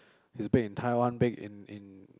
he's big in Taiwan big in in